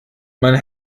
man